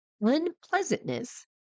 unpleasantness